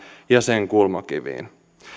ja sen kulmakiville